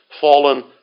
fallen